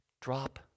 Drop